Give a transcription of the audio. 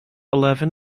eleven